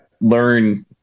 learn